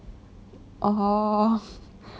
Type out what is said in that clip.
oh hor